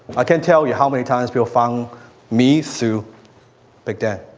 i can't tell you how many times people found me through big dan.